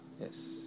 Yes